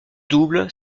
double